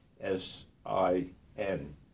S-I-N